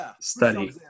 study